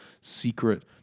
secret